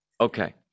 okay